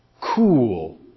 cool